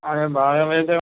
اچھا بارہ بجے تک